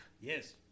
Yes